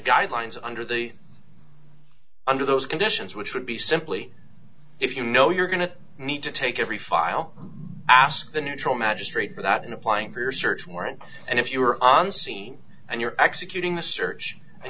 guidelines under the under those conditions which would be simply if you know you're going to need to take every file ask the neutral magistrate for that in applying for your search warrant and if you are on scene and you're executing the search and